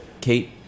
Kate